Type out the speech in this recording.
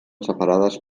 separades